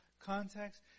context